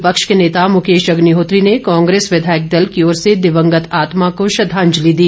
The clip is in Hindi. विपक्ष के नेता मुकेश अग्निहोत्री ने कांग्रेस विधायक दल की ओर से दिवंगत आत्मा को श्रद्वांजलि दी